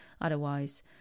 otherwise